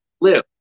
live